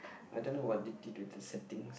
I don't know what they did to the settings